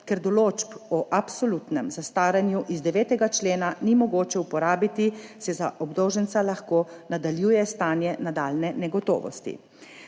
Ker določb o absolutnem zastaranju iz 9. člena ni mogoče uporabiti, se za obdolženca lahko nadaljuje stanje nadaljnje negotovosti.